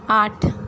आठ